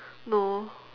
no